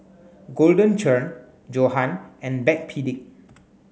Golden Churn Johan and Backpedic